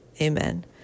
Amen